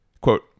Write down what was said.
Quote